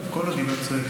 טוב, כל עוד היא לא צועקת.